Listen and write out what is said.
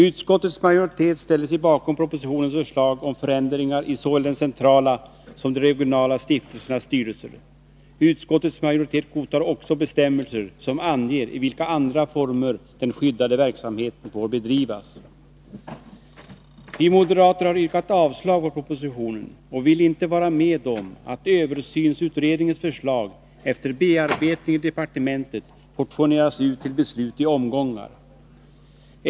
Utskottets majoritet ställer sig bakom propositionens förslag om förändringar i såväl den centrala som de regionala stiftelsernas styrelser. Utskottets majoritet godtar också bestämmelser, som anger i vilka andra former den skyddade verksamheten får bedrivas. Vi moderater har yrkat avslag på propositionen och vill inte vara med om att översynsutredningens förslag efter bearbetning i departementet portioneras ut till beslut i omgångar.